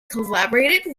collaborated